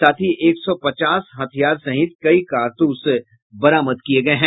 साथ ही एक सौ पचास हथियार सहित कई कारतूस बरामद किये गये हैं